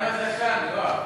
אבל מה עם הזקן, יואב?